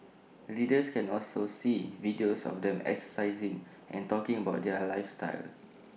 readers can also see videos of them exercising and talking about their lifestyle